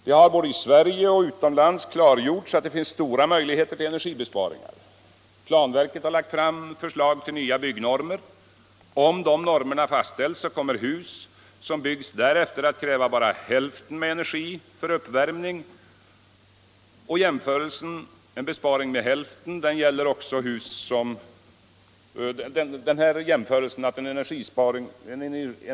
Det har både i Sverige och utomlands klargjorts att det finns stora möjligheter till energibesparingar. Planverket har lagt fram förslag till nya byggnormer, och om de normerna fastställs kommer hus som byggs därefter att kräva bara hälften så mycket energi för uppvärmning.